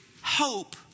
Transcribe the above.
hope